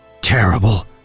terrible